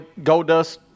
Goldust